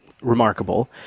Remarkable